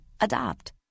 Adopt